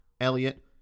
Elliot